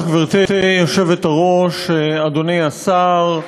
גברתי היושבת-ראש, תודה לך, אדוני השר,